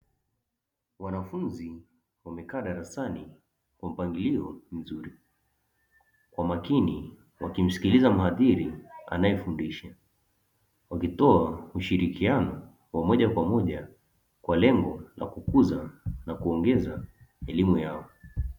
Wanafunzi wamekaa darasani kwa mpangilio mzuri, kwa makini wakimsikiliza mwadhiri anayefundisha, wakitoa ushirikiano wa moja kwa moja kwa lengo la kukuza na kuongeza elimu yao.